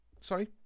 sorry